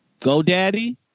GoDaddy